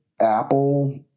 Apple